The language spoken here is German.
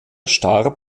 starb